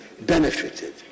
benefited